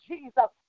Jesus